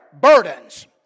burdens